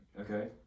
okay